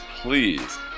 please